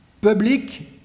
public